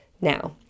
Now